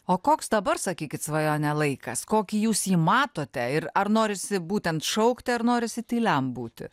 o koks dabar sakykit svajone laikas kokį jūs jį matote ir ar norisi būtent šaukti ar norisi tyliam būti